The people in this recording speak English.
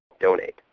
donate